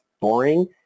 boring